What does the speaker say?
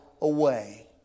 away